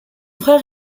frère